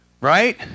right